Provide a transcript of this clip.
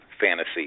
fantasy